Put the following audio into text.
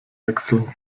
wechseln